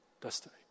destiny